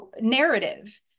narrative